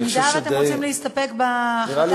במידה שאתם רוצים להסתפק בהחלטה,